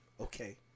okay